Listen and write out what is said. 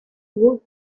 good